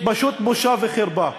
פשוט בושה וחרפה.